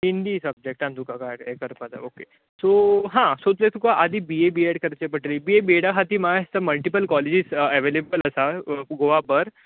हिंदी सबजेक्टान तुका गायड करपाक जाय सो हां सो तुका आदी बीए बी एड करचें पडटलें बीए बी एडा खातीर म्हाका दिसता मल्टिपल काॅलेजीस एवलेबल आसा गोवाभर